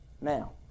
Now